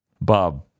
Bob